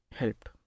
helped